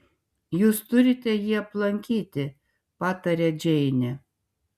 jūs turite jį aplankyti pataria džeinė